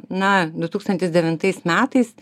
na du tūkstantis devintais metais